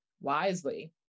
wisely